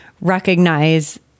recognize